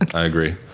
i agree.